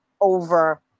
over